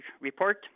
report